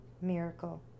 miracle